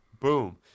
Boom